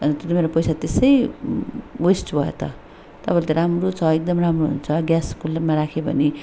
अनि त्यो त मेरो पैसा त्यसै वेस्ट भयो त तपाईँले त राम्रो छ एकदम राम्रो हुन्छ ग्यासकोमा राख्यो भने